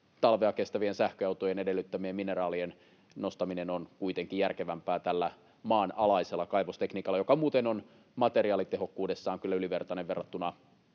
talvea kestävien sähköautojen edellyttämien mineraalien nostaminen on kuitenkin järkevämpää tällä maanalaisella kaivostekniikalla, joka muuten on materiaalitehokkuudessaan kyllä ylivertainen verrattuna